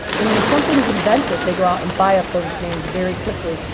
and when something's invented, they go out and buy up those names very quickly.